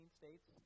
states